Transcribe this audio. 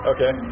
Okay